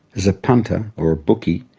as a punter, or a bookie,